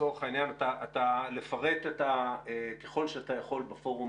לצורך העניין לפרט ככל שאתה יכול בפורום